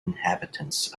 inhabitants